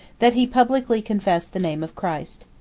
that he publicly confessed the name of christ.